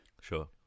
Sure